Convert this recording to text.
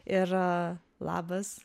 ir labas